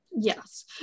Yes